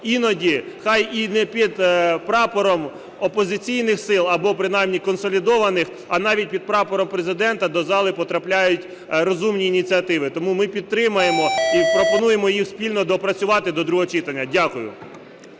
іноді хай і не під прапором опозиційних сил або принаймні консолідованих, а навіть під прапором Президента до залу потрапляють розумні ініціативи. Тому ми підтримаємо і пропонуємо спільно доопрацювати до другого читання. Дякую.